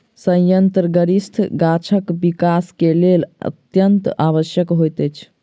सयंत्र ग्रंथिरस गाछक विकास के लेल अत्यंत आवश्यक होइत अछि